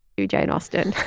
you, jane austen